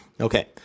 Okay